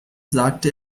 sagte